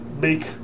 make